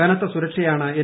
കനത്ത സുരക്ഷയാണ് എൻ